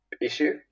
issue